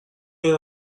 این